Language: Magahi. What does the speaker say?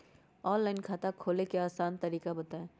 ऑनलाइन खाता खोले के आसान तरीका बताए?